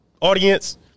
Audience